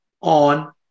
on